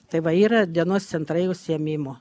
tai va yra dienos centrai užsiėmimo